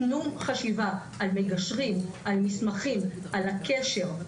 תנו חשיבה על מגשרים, על מסמכים, על הקשר.